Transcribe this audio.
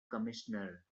commissioner